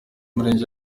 murenge